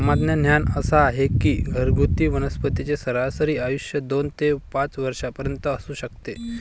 सामान्य ज्ञान असा आहे की घरगुती वनस्पतींचे सरासरी आयुष्य दोन ते पाच वर्षांपर्यंत असू शकते